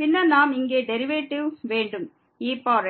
பின்னர் இங்கே டெரிவேட்டிவ் வேண்டும் ex